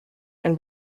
and